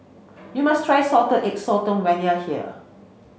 you must try salted egg sotong when you are here